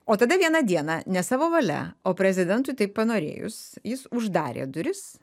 o tada vieną dieną ne savo valia o prezidentui taip panorėjus jis uždarė duris